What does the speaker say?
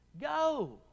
Go